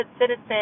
citizen